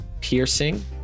piercing